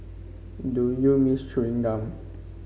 do you miss chewing gum